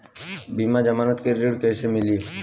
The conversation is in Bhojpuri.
बिना जमानत के ऋण कैसे मिली?